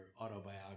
autobiography